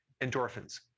endorphins